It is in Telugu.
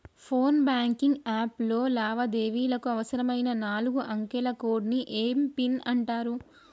ఫోన్ బ్యాంకింగ్ యాప్ లో లావాదేవీలకు అవసరమైన నాలుగు అంకెల కోడ్ని ఏం పిన్ అంటారు